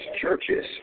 churches